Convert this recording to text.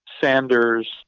Sanders